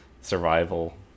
survival